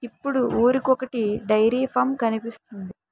ఇప్పుడు ఊరికొకొటి dairy farm కనిపిస్తోంది